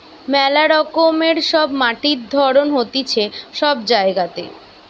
মেলা রকমের সব মাটির ধরণ হতিছে সব জায়গাতে